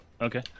okay